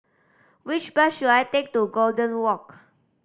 which bus should I take to Golden Walk